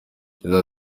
yagize